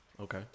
Okay